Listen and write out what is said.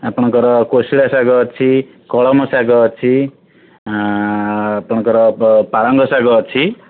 ଆପଣଙ୍କର କୋଶଳା ଶାଗ ଅଛି କଳମ ଶାଗ ଅଛି ଆପଣଙ୍କର ପାଳଙ୍ଗ ଶାଗ ଅଛି